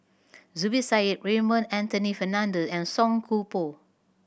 Zubir Said Raymond Anthony Fernando and Song Koon Poh